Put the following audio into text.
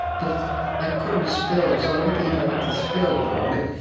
but i couldn't spell, so other people had to spell for me.